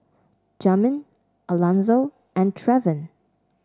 Jamin Alanzo and Trevin